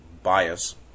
bias